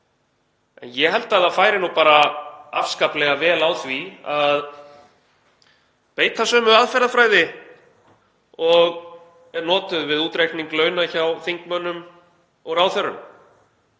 Ég held að það færi nú bara afskaplega vel á því að beita sömu aðferðafræði og er notuð við útreikning launa hjá þingmönnum og ráðherrum.